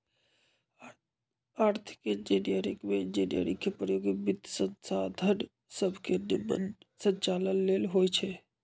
आर्थिक इंजीनियरिंग में इंजीनियरिंग के प्रयोग वित्तीयसंसाधन सभके के निम्मन संचालन लेल होइ छै